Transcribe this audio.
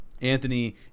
Anthony